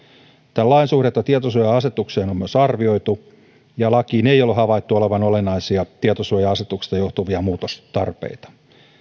tämän lain suhdetta tietosuoja asetukseen on arvioitu myös ja laissa ei ole havaittu olevan olennaisia tietosuoja asetuksesta johtuvia muutostarpeita